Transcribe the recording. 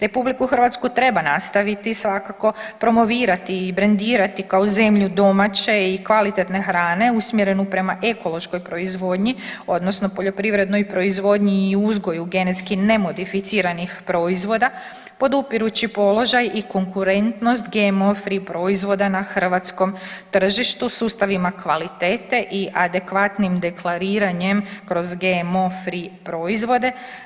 RH treba nastaviti svakako promovirati i brendirati kao zemlju domaće i kvalitetne hrane usmjerenu prema ekološkoj proizvodnji odnosno poljoprivrednoj proizvodnji i uzgoju genetski nemodificiranih proizvoda podupirući položaj i konkurentnost GMO free proizvoda na hrvatskom tržištu sustavima kvalitete i adekvatnim deklariranjem kroz GMO free proizvode.